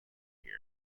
here